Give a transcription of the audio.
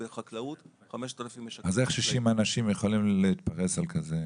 בבנייה 15,000 אתרי בנייה ובחקלאות 5,000. איך 60 אנשים יכולים להתפרס על הכול?